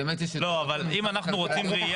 באמת יש --- אבל אם אנחנו רוצים ראיה